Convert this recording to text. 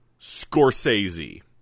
Scorsese